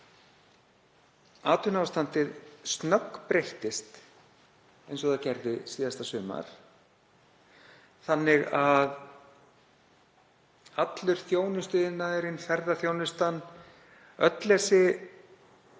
atvinnuástandið snöggbreytist, eins og það gerði síðasta sumar, þannig að allur þjónustuiðnaðurinn, ferðaþjónustan, öll þessi